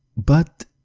but,